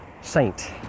saint